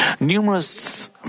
numerous